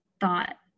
thought